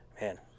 Man